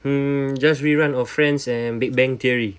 mm just rerun of friends and big bang theory